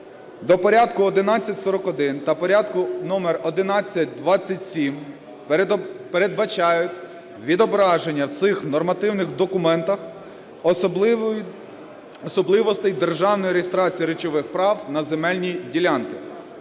до Порядку 1141 та Порядку номер 1127 передбачають відображення в цих нормативних документах особливостей державної реєстрації речових прав на земельні ділянки.